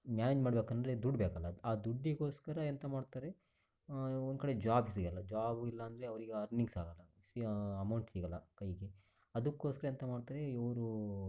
ನಾವೇನು ಮಾಡಬೇಕೆಂದ್ರೆ ದುಡ್ಡು ಬೇಕಲ್ಲ ಆ ದುಡ್ಡಿಗೋಸ್ಕರ ಎಂಥ ಮಾಡ್ತಾರೆ ಒಂದ್ಕಡೆ ಜಾಬ್ ಸಿಗಲ್ಲ ಜಾಬು ಇಲ್ಲ ಅಂದರೆ ಅವರಿಗೆ ಅರ್ನಿಂಗ್ಸಾಗಲ್ಲ ಸಿ ಅಮೌಂಟ್ ಸಿಗಲ್ಲ ಕೈಗೆ ಅದಕ್ಕೋಸ್ಕರ ಎಂಥ ಮಾಡ್ತಾರೆ ಇವರು